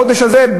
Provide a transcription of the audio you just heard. בחודש הזה,